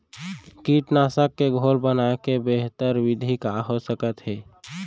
कीटनाशक के घोल बनाए के बेहतर विधि का हो सकत हे?